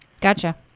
gotcha